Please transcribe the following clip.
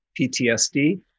PTSD